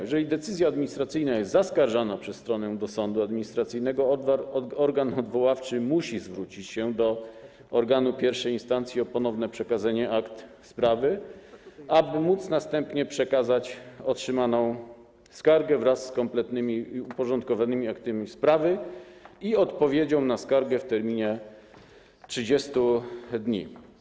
Jeżeli decyzja administracyjna jest zaskarżana przez stronę do sądu administracyjnego, organ odwoławczy musi zwrócić się do organu pierwszej instancji o ponowne przekazanie akt sprawy, aby móc następnie przekazać otrzymaną skargę wraz z kompletnymi i uporządkowanymi aktami sprawy i odpowiedzią na skargę w terminie 30 dni.